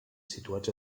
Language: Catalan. situats